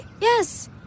Yes